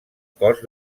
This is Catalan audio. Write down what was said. cos